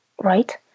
right